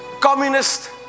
communist